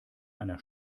einer